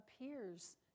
appears